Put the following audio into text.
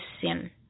sin